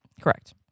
correct